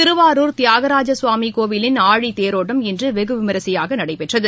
திருவாரூர் தியாகராஜசுவாமிகோவிலின் ஆழித்தேரோட்டம் இன்றுவெகுவிமரிசையாகநடைபெற்றது